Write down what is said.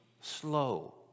slow